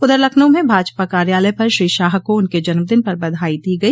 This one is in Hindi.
उधर लखनऊ में भाजपा कार्यालय पर श्री शाह को उनके जन्म दिन पर बधाई दी गई